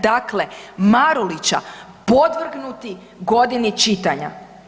Dakle, Marulića podvrgnuti Godini čitanja.